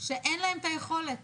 שאין להם את היכולת